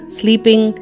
sleeping